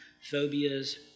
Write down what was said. phobias